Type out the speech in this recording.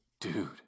dude